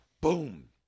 boom